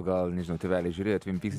gal nežinau tėveliai žiūrėjo tvin pyks